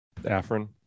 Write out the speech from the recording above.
Afrin